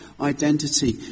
identity